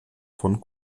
von